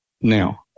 Now